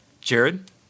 Jared